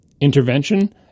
intervention